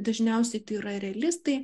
dažniausiai tai yra realistai